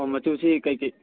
ꯑꯣ ꯃꯆꯨꯁꯤ ꯀꯔꯤ ꯀꯔꯤ